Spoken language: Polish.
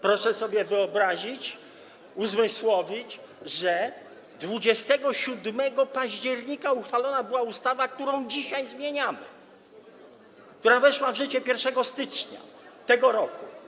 Proszę sobie wyobrazić, uzmysłowić, że 27 października uchwalona była ustawa, którą dzisiaj zmieniamy, która weszła w życie 1 stycznia tego roku.